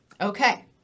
Okay